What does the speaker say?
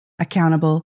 accountable